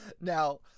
now